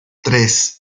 tres